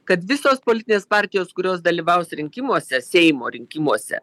kad visos politinės partijos kurios dalyvaus rinkimuose seimo rinkimuose